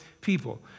people